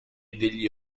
degli